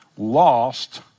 lost